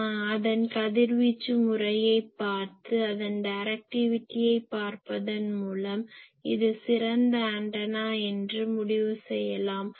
எனவே அதன் கதிர்வீச்சு முறையைப் பார்த்து அதன் டைரக்டிவிட்டியை பார்ப்பதன் மூலம் இது சிறந்த ஆண்டனா என்று முடிவு செய்யலாம்